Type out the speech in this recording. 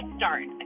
start